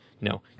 no